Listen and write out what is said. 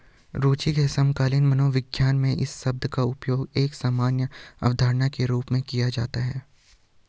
रूचि के समकालीन मनोविज्ञान में इस शब्द का उपयोग एक सामान्य अवधारणा के रूप में किया जाता है